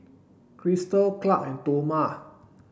Christal Clark and Toma